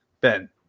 ben